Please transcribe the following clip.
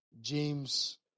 James